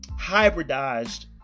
hybridized